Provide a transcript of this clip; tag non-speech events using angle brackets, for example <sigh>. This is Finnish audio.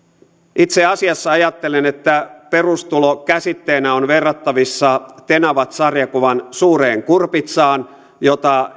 itse asiassa ajattelen että perustulo käsitteenä on verrattavissa tenavat sarjakuvan suureen kurpitsaan jota <unintelligible>